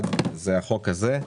אחד זה החוק הזה,